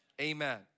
Amen